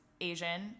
asian